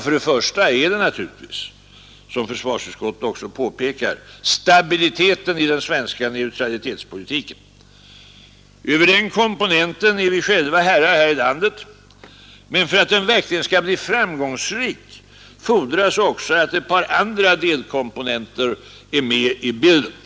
För det första är det naturligtvis, som försvarsutskottet också påpekar, stabiliteten i den svenska neutralitetspolitiken. Över den komponenten är vi själva herrar här i landet. Men för att den verkligen skall bli framgångsrik fordras också att ett par andra delkomponenter är med i bilden.